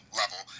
level